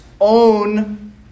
own